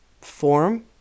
form